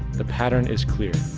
the pattern is clear.